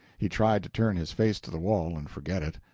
he tried to turn his face to the wall and forget it,